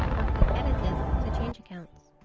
or click edit this to change accounts.